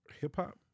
hip-hop